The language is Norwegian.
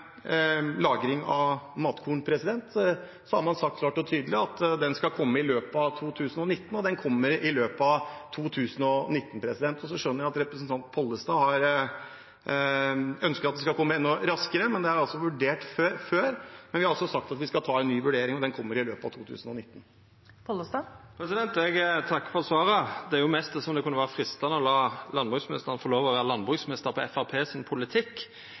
tydelig at saken skal komme i løpet av 2019, og den kommer i løpet av 2019. Så skjønner jeg at representanten Pollestad ønsker at den skal komme enda raskere. Men dette er altså vurdert før, men vi har sagt at vi skal ta en ny vurdering, og den kommer i løpet av 2019. Eg takkar for svaret. Det er mest så det kunne vera freistande å lata landbruksministeren få lov til å vera landbruksminister på Framstegspartiet sin politikk